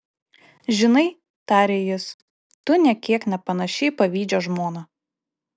žinai tarė jis tu nė kiek nepanaši į pavydžią žmoną